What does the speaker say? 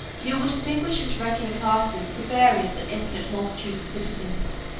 you will distinguish into regular classes the various and infinite multitude of citizens,